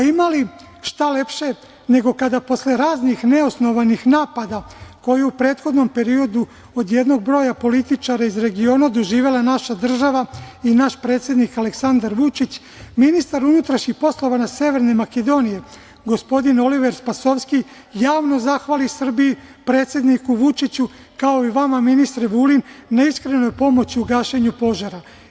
Ima li šta lepše nego kada posle raznih neosnovanih napada koji u prethodnom periodu od jednog broja političara iz regiona doživela naša država i naš predsednik Aleksandar Vučić, ministar unutrašnjih poslova Severne Makedonije, gospodin Oliver Spasovski, javno zahvali Srbiji, predsedniku Vučiću, kao i vama ministre Vulin, na iskrenoj pomoći u gašenju požara.